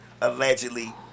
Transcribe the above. allegedly